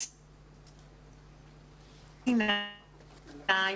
אני אדבר בקצרה.